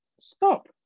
stop